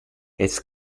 its